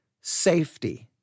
safety